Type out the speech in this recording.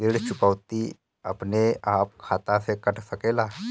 ऋण चुकौती अपने आप खाता से कट सकेला?